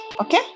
okay